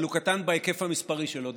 אבל הוא קטן בהיקף המספרי שלו,